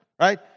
right